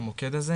את המוקד הזה,